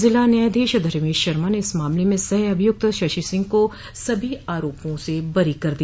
जिला न्यायाधीश धर्मेश शर्मा ने इस मामले में सह अभियुक्त शशि सिंह को सभी आरोपा से बरी कर दिया